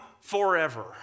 forever